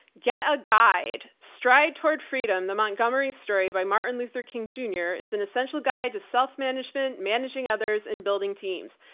get a guide. stride toward freedom, the montgomery story by martin luther king, junior is an essential guide to self-management, managing others and building teams.